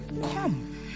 Come